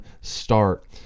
start